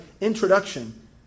introduction